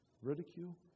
ridicule